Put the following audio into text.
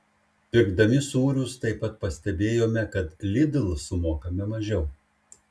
pirkdami sūrius taip pat pastebėjome kad lidl sumokame mažiau